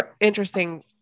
interesting